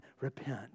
repent